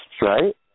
Right